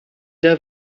der